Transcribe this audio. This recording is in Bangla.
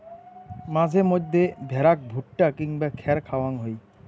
মাঝে মইধ্যে ভ্যাড়াক ভুট্টা কিংবা খ্যার খাওয়াং হই